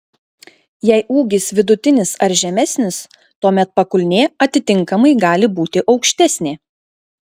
jei ūgis vidutinis ar žemesnis tuomet pakulnė atitinkamai gali būti aukštesnė